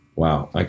Wow